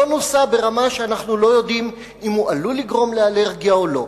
לא נוסה ברמה שאנחנו לא יודעים אם הוא עלול לגרום לאלרגיה או לא.